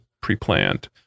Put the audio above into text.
pre-planned